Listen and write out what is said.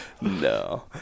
no